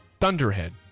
Thunderhead